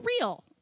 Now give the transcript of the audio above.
real